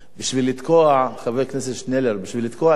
בשביל לתקוע את השלום יש יותר מדי סיבות.